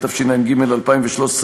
התשע"ג 2013,